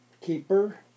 Keeper